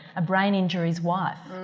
a brain injury's wife.